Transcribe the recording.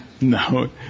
No